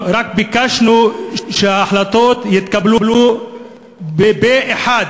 רק ביקשנו שההחלטות יתקבלו פה-אחד.